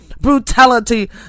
brutality